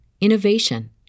innovation